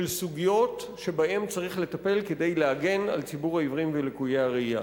של סוגיות שצריך לטפל בהן כדי להגן על ציבור העיוורים ולקויי הראייה.